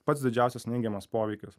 pats didžiausias neigiamas poveikis